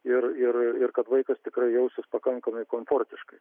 ir ir kad vaikas tikrai jausis pakankamai komfortiškai